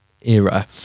era